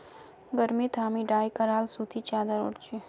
गर्मीत हामी डाई कराल सूती चादर ओढ़ छि